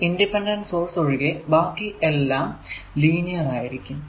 ഈ independent source ഒഴികെ ബാക്കി എല്ലാം ലീനിയർ ആയിരിക്കും